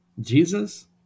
Jesus